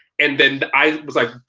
and then, i was like,